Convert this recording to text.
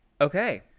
okay